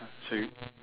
sorry